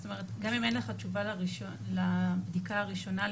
גם אם אין לך תשובה לבדיקה הראשונה למעשה,